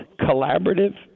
collaborative